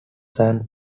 san